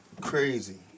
Crazy